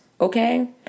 Okay